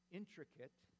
intricate